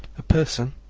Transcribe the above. a person,